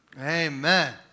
Amen